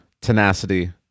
tenacity